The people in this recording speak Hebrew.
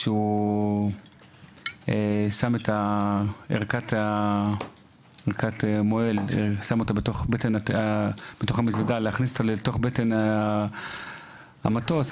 למוהל יש ערכת מוהל בתוך המזוודה כדי להכניס אותו לתוך בטן המטוס,